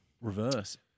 Reverse